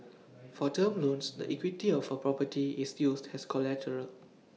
for term loans the equity of A property is used as collateral